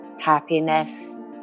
happiness